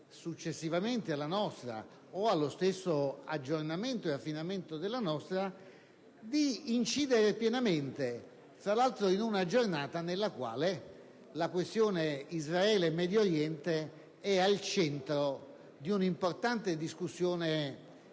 successivamente alla nostra e all'aggiornamento ed affinamento della nostra, di incidere pienamente, tra l'altro in una giornata in cui la questione Israele-Medio Oriente è al centro di un'importante discussione